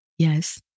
Yes